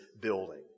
building